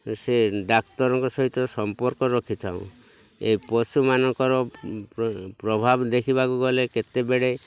ସେ ଡାକ୍ତରଙ୍କ ସହିତ ସମ୍ପର୍କ ରଖିଥାଉଁ ଏ ପଶୁମାନଙ୍କର ପ୍ରଭାବ ଦେଖିବାକୁ ଗଲେ କେତେବେଳେ